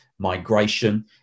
migration